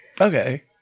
Okay